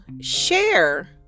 share